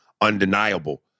undeniable